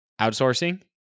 outsourcing